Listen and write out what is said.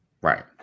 Right